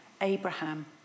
Abraham